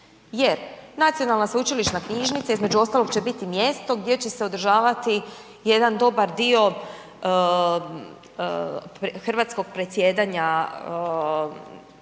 jer nacionalna sveučilišna knjižnica između ostalog će biti mjesto gdje će se održavati jedan dobar dio hrvatskog predsjedanja europskim,